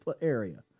area